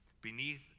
beneath